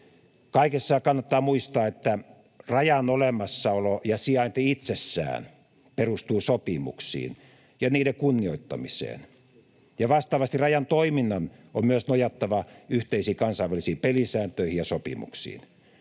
Kaikessa kannattaa muistaa, että rajan olemassaolo ja sijainti itsessään perustuu sopimuksiin ja niiden kunnioittamiseen, ja vastaavasti rajan toiminnan on myös nojattava yhteisiin kansainvälisiin pelisääntöihin ja sopimuksiin.